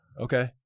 Okay